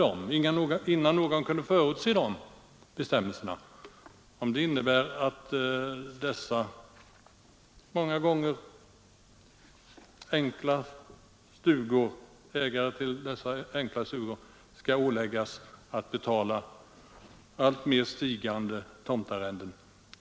De skaffade sig dock sina tomtarrenden långt innan vi behövde nuvarande bestämmelser rörande vår markanvändning, och innan någon kunde förutse dem.